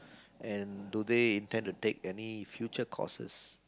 and do they intend take any future courses